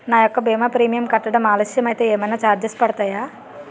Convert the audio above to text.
నా యెక్క భీమా ప్రీమియం కట్టడం ఆలస్యం అయితే ఏమైనా చార్జెస్ పడతాయా?